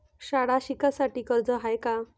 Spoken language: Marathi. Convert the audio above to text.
शाळा शिकासाठी कर्ज हाय का?